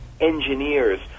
engineers